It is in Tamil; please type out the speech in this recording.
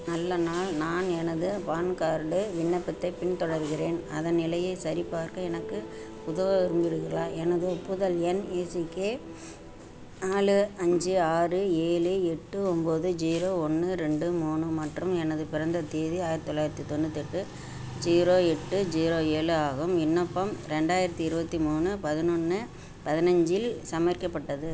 நல்ல நாள் நான் எனது பான் கார்டு விண்ணப்பத்தைப் பின் தொடர்கிறேன் அதன் நிலையை சரிபார்க்க எனக்கு உதவ விரும்புகிறீர்களா எனது ஒப்புதல் எண் ஏசிகே நாலு அஞ்சு ஆறு ஏழு எட்டு ஒம்பது ஜீரோ ஒன்று ரெண்டு மூணு மற்றும் எனது பிறந்த தேதி ஆயிரத்து தொள்ளாயிரத்து தொண்ணூத்தெட்டு ஜீரோ எட்டு ஜீரோ ஏழு ஆகும் விண்ணப்பம் ரெண்டாயிரத்து இருபத்தி மூணு பதினொன்று பதினஞ்சில் சமர்க்கப்பட்டது